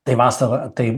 tai vasarą tai